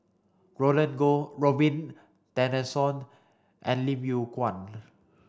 Roland Goh Robin Tessensohn and Lim Yew Kuan